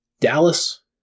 Dallas